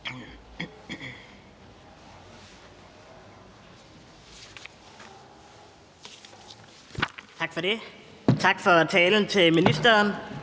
Tak for det. Tak til ministeren